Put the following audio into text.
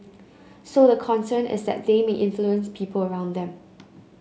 so the concern is that they may influence people around them